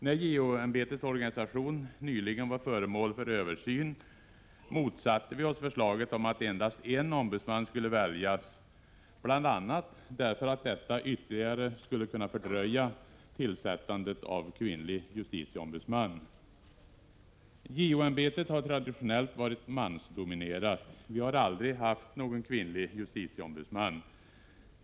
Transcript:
När JO-ämbetets organisation nyligen var föremål för översyn, motsatte vi oss förslaget om att endast en ombudsman skulle väljas, bl.a. därför att detta ytterligare skulle kunna fördröja tillsättandet av en kvinnlig justitieombudsman. JO-ämbetet har traditionellt varit mansdominerat. Vi har aldrig haft någon kvinnlig justitieombudsman.